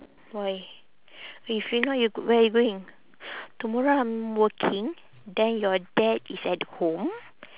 why you figure out you where you going tomorrow I'm working then your dad is at home